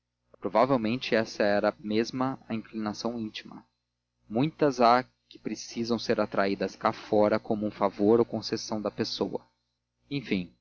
provavelmente era essa mesma a inclinação íntima muitas há que precisam ser atraídas cá fora como um favor ou concessão da pessoa enfim